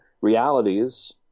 realities